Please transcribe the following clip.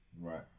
Right